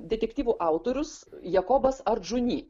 detektyvų autorius jakobas ardžuni